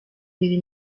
biri